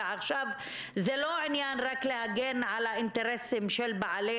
ועכשיו זה לא עניין רק להגן על האינטרסים של בעלי